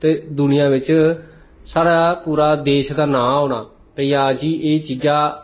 ते दुनिया बिच्च साढ़ा पूरा देश दा नांऽ होना भाई हां जी एह् चीजां